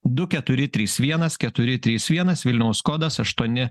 du keturi trys vienas keturi trys vienas vilniaus kodas aštuoni